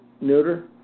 neuter